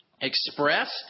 expressed